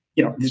you know,